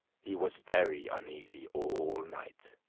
he was very uneasy all night,